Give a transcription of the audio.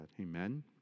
amen